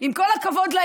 עם כל הכבוד לפנסיות,